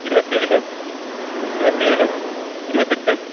இருபத்தி ஏழு இருபத்தி ஏழு இருபத்தெட்டு